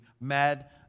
mad